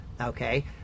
okay